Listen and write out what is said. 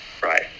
right